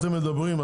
שמפסידה.